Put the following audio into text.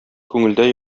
күңелдә